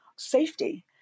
safety